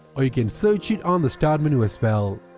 or you can search it on the start menu as well.